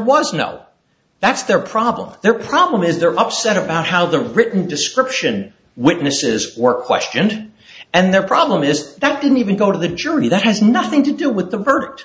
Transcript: was no that's their problem their problem is they're upset about how the written description witnesses were questioned and their problem is that didn't even go to the jury that has nothing to do with the pervert